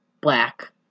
Black